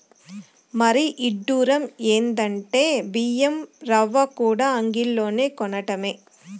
మరీ ఇడ్డురం ఎందంటే బియ్యం రవ్వకూడా అంగిల్లోనే కొనటమే